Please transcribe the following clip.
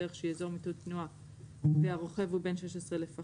דרך שהיא אזור מיתון תנועה והרוכב הוא בן 16 לפחות,